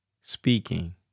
speaking